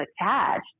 attached